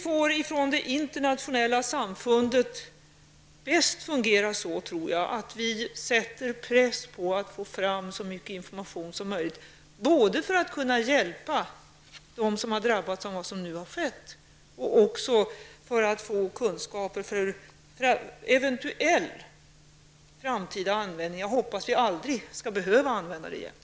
Med det internationella samfundet fungerar vi bäst, tror jag, genom att sätta press på att få fram så mycket information som möjligt, både för att kunna hjälpa dem som har drabbats av det som nu har skett och för att få kunskap för eventuell framtida användning. Jag hoppas att vi aldrig skall behöva använda den kunskapen.